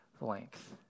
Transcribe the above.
length